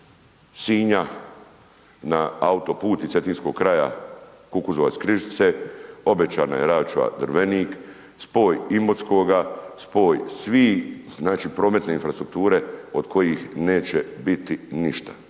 Sinja na autoput i Cetinskog kraja Kukuzovac – Križice, obećano je račva Drvenik, spoj Imotskoga, spoj svih znači prometne infrastrukture od kojih neće biti ništa.